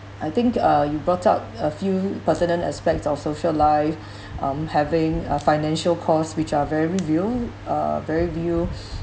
I think uh you brought up a few pertinent aspect of social life um having a financial cost which are very real uh very real